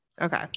Okay